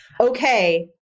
Okay